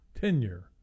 tenure